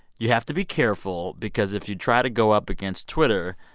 you have to be careful because if you try to go up against twitter,